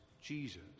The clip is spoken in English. Jesus